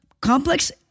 complex